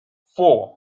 four